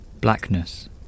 Blackness